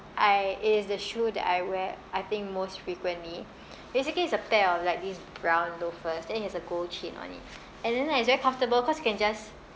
I it's the shoe that I wear I think most frequently basically it's a pair of like these brown loafers then it has a gold chain on it and then like it's very comfortable cause you can just